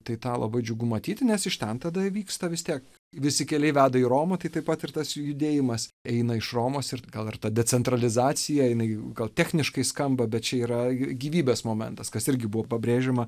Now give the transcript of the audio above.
tai tą labai džiugu matyti nes iš ten tada vyksta vis tiek visi keliai veda į romą tai taip pat ir tas judėjimas eina iš romos ir atgal ir ta decentralizacija jinai gal techniškai skamba bet čia yra gyvybės momentas kas irgi buvo pabrėžiama